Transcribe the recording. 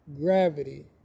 gravity